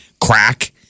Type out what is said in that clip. crack